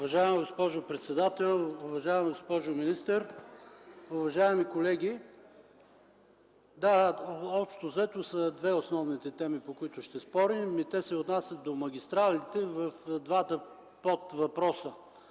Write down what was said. Уважаема госпожо председател, уважаема госпожо министър, уважаеми колеги! Общо взето са две основните теми, по които ще спорим. Те се отнасят до магистралите в двата подвъпроса: